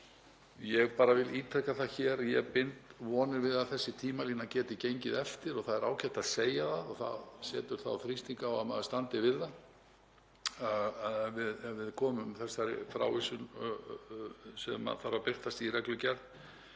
Ég vil ítreka það hér að ég bind vonir við að þessi tímalína geti gengið eftir og það er ágætt að segja það, það setur þrýsting á að maður standi við það, að við komum þessari frávísun að sem þarf að birtast í reglugerð